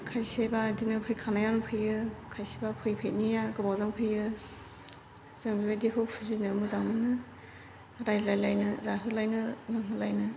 खायसेब्ला बेदिनो फैखानाया फैयो खायसेब्ला फैफेथनैया गोबावजों फैयो जों बेबायदिखौ फुजिनो मोजां मोनो रायज्लायलायनो जाहोलायनो लोंहोलायनो